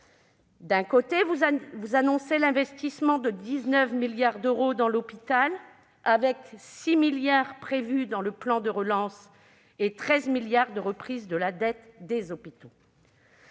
et 2019. Vous annoncez l'investissement de 19 milliards d'euros dans l'hôpital, avec 6 milliards d'euros prévus dans le plan de relance et 13 milliards d'euros de reprise de la dette des hôpitaux.